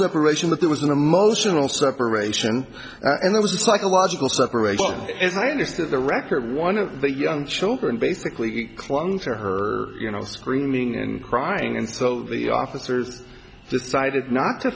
separation that there was an emotional separation and there was a psychological separation as i understood the record one of the young children basically clung to her you know screaming and crying and so the officers decided not to